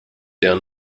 der